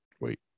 wait